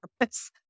purpose